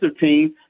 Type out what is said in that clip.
team